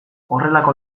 horrelako